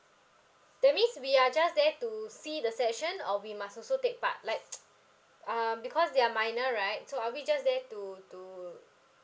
that means we are just there to see the session or we must also take part like um because they're minor right so are we just there to to